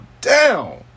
down